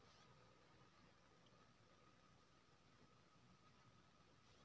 बिना cheque book के दोसर के खाता में पैसा भेजल जा सकै ये?